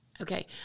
Okay